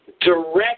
Direct